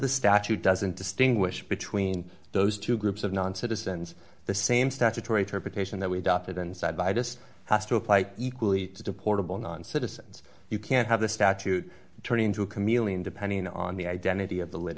the statute doesn't distinguish between those two groups of non citizens the same statutory interpretation that we adopted and side by just has to apply equally to deportable non citizens you can't have the statute turn into a chameleon depending on the identity of the li